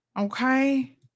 Okay